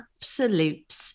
absolute